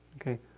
okay